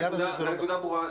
הנקודה ברורה,